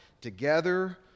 together